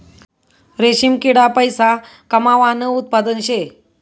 रेशीम किडा पैसा कमावानं उत्पादन शे